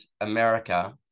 America